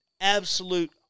absolute